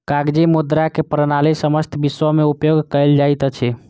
कागजी मुद्रा के प्रणाली समस्त विश्व में उपयोग कयल जाइत अछि